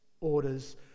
orders